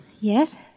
Yes